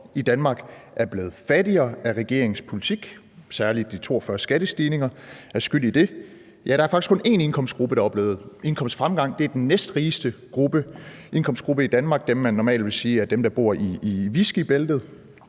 i Danmark er blevet fattigere af regeringens politik; særlig de 42 skattestigninger er skyld i det. Ja, der er faktisk kun én indkomstgruppe, der har oplevet en indkomstfremgang, og det er den næstrigeste indkomstgruppe i Danmark – dem, man normalt vil sige er dem, der bor i Whiskybæltet.